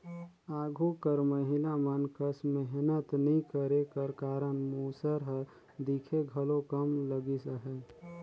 आघु कर महिला मन कस मेहनत नी करे कर कारन मूसर हर दिखे घलो कम लगिस अहे